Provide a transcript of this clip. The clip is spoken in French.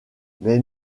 mais